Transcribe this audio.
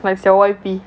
like 小 Y_P